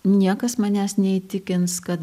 niekas manęs neįtikins kad